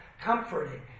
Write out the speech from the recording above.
Comforting